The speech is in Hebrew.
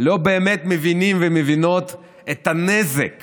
לא באמת מבינים ומבינות את הנזק